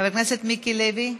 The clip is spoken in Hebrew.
חבר הכנסת מיקי לוי,